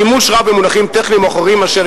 שימוש רב במונחים טכניים או אחרים אשר